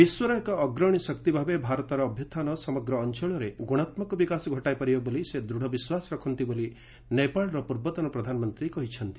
ବିଶ୍ୱର ଏକ ଅଗ୍ରଣୀ ଶକ୍ତି ଭାବେ ଭାରତର ଅଭ୍ୟୁହ୍ଥାନ ସମଗ୍ର ଅଞ୍ଚଳରେ ଗୁଶାତ୍କକ ବିକାଶ ଘଟାଇପାରିବ ବୋଲି ସେ ଦୂଢ଼ ବିଶ୍ୱାସ ରଖନ୍ତି ବୋଲି ନେପାଳର ପୂର୍ବତନ ପ୍ରଧାନମନ୍ତ୍ରୀ କହିଛନ୍ତି